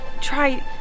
Try